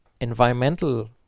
environmental